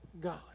God